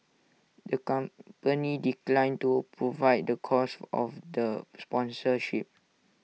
the company declined to provide the cost of the sponsorship